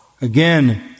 again